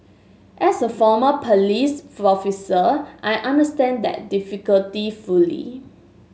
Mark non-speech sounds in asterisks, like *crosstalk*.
as a former police *unintelligible* officer I understand that difficulty fully